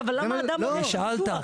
שאלת,